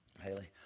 Haley